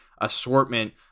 assortment